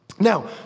Now